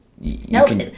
No